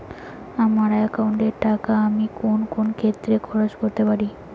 আমার একাউন্ট এর টাকা আমি কোন কোন ক্ষেত্রে খরচ করতে পারি?